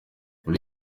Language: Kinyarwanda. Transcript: muri